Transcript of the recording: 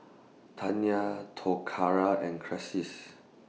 Taya Toccara and Crissies